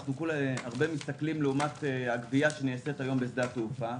רבים מסתכלים לעומת הגבייה שנעשית היום בשדה התעופה,